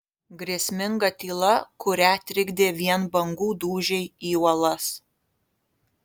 grėsminga tyla kurią trikdė vien bangų dūžiai į uolas